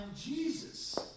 Jesus